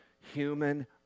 human